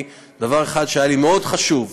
דבר אחד שהיה לי מאוד חשוב,